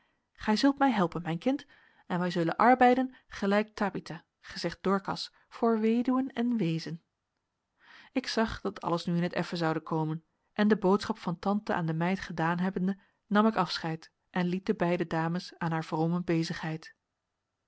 gij zult mij helpen mijn kind en wij zullen arbeiden gelijk tabitha gezegd dorcas voor weduwen en weezen ik zag dat alles nu in t effen zoude komen en de boodschap van tante aan de meid gedaan hebbende nam ik afscheid en liet de beide dames aan haar vrome bezigheid